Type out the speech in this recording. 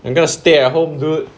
I'm gonna stay at home dude